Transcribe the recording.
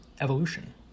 evolution